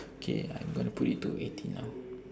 K I'm gonna put it to eighteen now